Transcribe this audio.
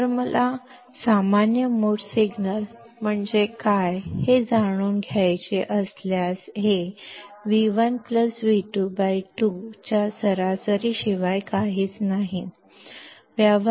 ಆದ್ದರಿಂದ common mode signal ಯಾವುದು ಎಂದು ನಾನು ತಿಳಿದುಕೊಳ್ಳಲು ಬಯಸಿದರೆ ಇದು V1V22 ನ ಆವ್ರೇಜ್ ಹೊರತುಪಡಿಸಿ ಏನೂ ಅಲ್ಲ